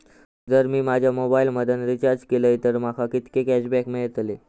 जर मी माझ्या मोबाईल मधन रिचार्ज केलय तर माका कितके कॅशबॅक मेळतले?